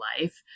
life